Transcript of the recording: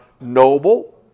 noble